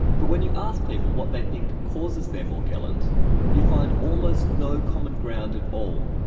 but when you ask people what they think causes their morgellons you find almost no common ground at all.